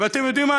ואתם יודעים מה?